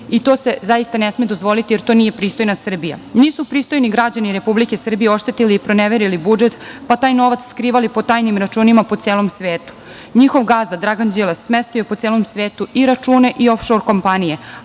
To se zaista ne sme dozvoliti, jer to nije pristojna Srbija. Nisu pristojni građani Republike Srbije oštetili i proneverili budžet, pa taj novac skrivali po tajnim računima po celom svetu. Njihov gazda Dragan Đilas smestio je po celom svetu i račune i ofšor kompanije,